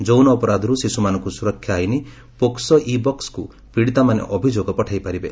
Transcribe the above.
ଯୌନ ଅପରାଧରୁ ଶିଶୁମାନଙ୍କୁ ସୁରକ୍ଷା ଆଇନ ପୋକ୍ସୋ ଇ ବକ୍କ୍ ପୀଡ଼ିତାମାନେ ଅଭିଯୋଗ ପଠାଇପାରିବେ